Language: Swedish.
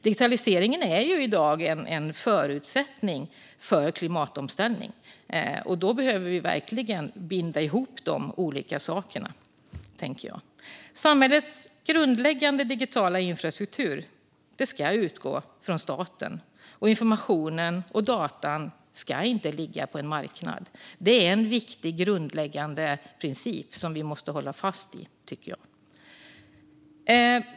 Digitaliseringen är i dag en förutsättning för klimatomställningen, och vi behöver binda ihop de olika sakerna. Samhällets grundläggande digitala infrastruktur ska utgå från staten, och informationen och datan ska inte ligga på en marknad. Det är en viktig grundläggande princip som vi måste hålla fast vid, tycker jag.